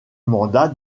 mandat